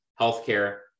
healthcare